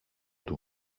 του